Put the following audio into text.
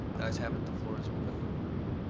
the ayes have it, the floor is open.